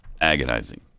Agonizing